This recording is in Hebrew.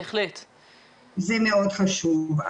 זה מאוד חשוב.